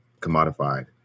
commodified